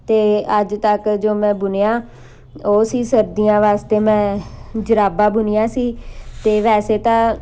ਅਤੇ ਅੱਜ ਤੱਕ ਜੋ ਮੈਂ ਬੁਣਿਆ ਉਹ ਸੀ ਸਰਦੀਆਂ ਵਾਸਤੇ ਮੈਂ ਜੁਰਾਬਾਂ ਬੁਣੀਆਂ ਸੀ ਅਤੇ ਵੈਸੇ ਤਾਂ